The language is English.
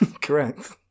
correct